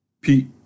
Pete